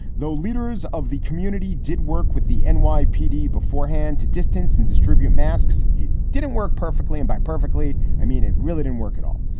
though leaders of the community did work with the and nypd beforehand to distance and distribute masks, it didn't work perfectly and by perfectly. i mean, it really didn't work at all.